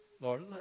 Lord